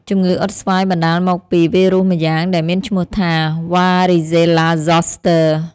ជំងឺអុតស្វាយបណ្តាលមកពីវីរុសម្យ៉ាងដែលមានឈ្មោះថា វ៉ារីសេលឡាហ្សសស្ទើ។